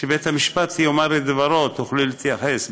כשבית המשפט יאמר את דברו תוכלי להתייחס.